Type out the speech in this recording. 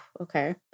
okay